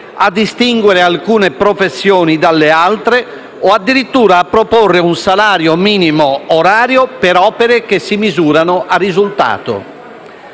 a distinguere alcune professioni dalle altre o, addirittura, a proporre un salario minimo orario per opere che si misurano a risultato.